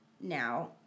now